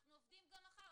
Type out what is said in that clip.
אנחנו עובדים גם מחר.